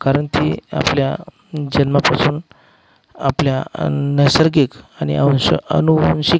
कारण ती आपल्या जन्मापासून आपल्या नैसर्गिक आणि अंश आनुवंशिक